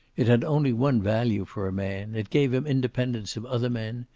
it had only one value for a man it gave him independence of other men,